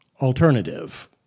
alternative